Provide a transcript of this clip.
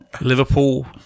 Liverpool